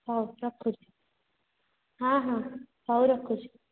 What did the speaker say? ହଉ ରଖୁଛି ହଁ ହଁ ହଉ ରଖୁଛି